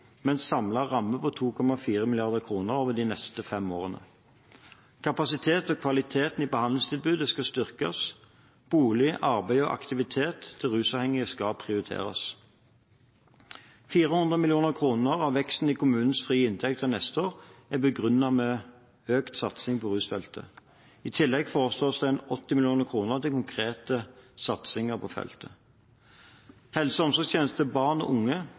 med en samlet ramme på 2,4 mrd. kr over de neste fem årene. Kapasitet og kvalitet i behandlingstilbudet skal styrkes, og bolig, arbeid og aktivitet til rusavhengige skal prioriteres. 400 mill. kr av veksten i kommunenes frie inntekter neste år er begrunnet med økt satsing på rusfeltet. I tillegg foreslås det 80 mill. kr til konkrete satsinger på feltet. Helse- og omsorgstjenester til barn og unge